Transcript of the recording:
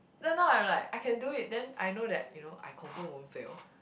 then now I'm like I can do it then I know that you know I confirm won't fail